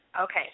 Okay